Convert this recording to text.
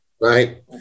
right